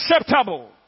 acceptable